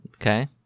Okay